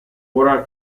ora